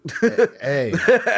Hey